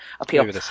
appeal